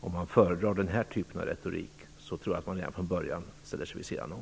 Om de föredrar den här typen av retorik tror jag att de redan från början ställer sig vid sidan om.